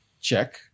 check